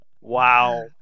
Wow